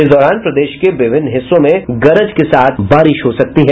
इस दौरान प्रदेश के विभिन्न हिस्सों में गरज के साथ बारिश हो सकती है